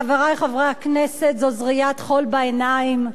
חברי חברי הכנסת, זו זריית חול בעיניים,